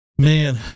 man